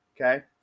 Okay